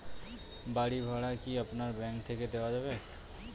বাড়ী ভাড়া কি আপনার ব্যাঙ্ক থেকে দেওয়া যাবে?